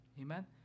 Amen